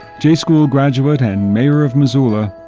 j-school graduate and mayor of missoula,